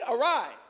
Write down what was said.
arise